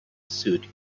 suit